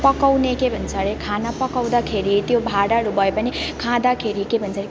पकाउने के भन्छ अरे खाना पकाउँदाखेरि त्यो भाँडाहरू भयो भने खाँदाखेरि के भन्छ अरे केराको